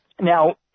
Now